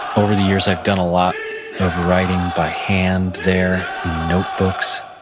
over the years, i've done a lot of writing by hand there in notebooks,